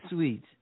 Sweet